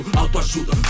autoajuda